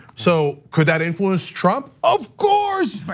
so could that influence trump? of course!